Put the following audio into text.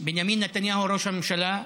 בנימין נתניהו, ראש הממשלה: